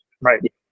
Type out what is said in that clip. Right